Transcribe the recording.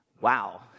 wow